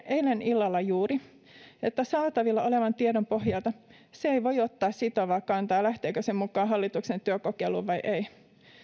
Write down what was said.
eilen illalla että saatavilla olevan tiedon pohjalta se ei voi ottaa sitovaa kantaa lähteekö se mukaan hallituksen työkokeiluun vai ei